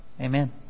Amen